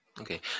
Okay